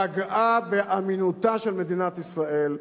והיא פגעה באמינותה של מדינת ישראל,